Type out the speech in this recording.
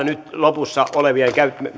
nyt lopussa olevan